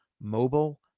mobile